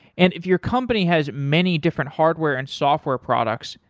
and if your company has many different hardware and software products,